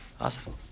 Awesome